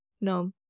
no